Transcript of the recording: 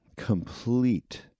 complete